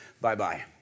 bye-bye